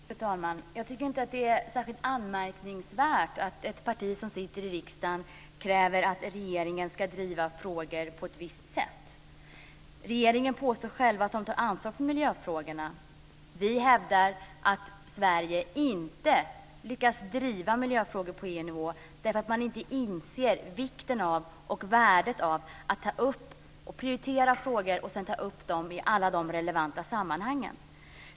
Fru talman! Jag tycker inte att det är särskilt anmärkningsvärt att ett parti som sitter i riksdagen kräver att regeringen ska driva frågor på ett visst sätt. Regeringen påstår själv att den tar ansvar för miljöfrågorna. Vi hävdar att Sverige inte har lyckats driva miljöfrågor på EU-nivå därför att man inte inser vikten och värdet av att prioritera frågor och sedan ta upp dem i alla relevanta sammanhang.